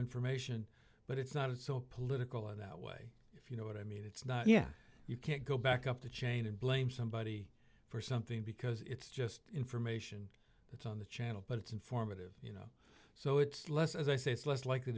information but it's not so political in that way if you know what i mean it's not yeah you can't go back up the chain and blame somebody for something because it's just information that's on the channel but it's informative you know so it's less as i say it's less likely